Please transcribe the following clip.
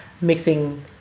mixing